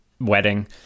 wedding